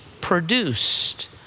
produced